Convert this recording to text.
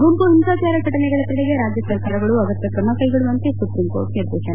ಗುಂಪು ಹಿಂಸಾಚಾರ ಘಟನೆಗಳ ತಡೆಗೆ ರಾಜ್ಯ ಸರ್ಕಾರಗಳು ಅಗತ್ಯ ಕ್ರಮಕೈಗೊಳ್ಳುವಂತೆ ಸುಪ್ರೀಂ ಕೋರ್ಟ್ ನಿರ್ದೇಶನ